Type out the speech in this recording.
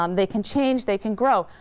um they can change, they can grow.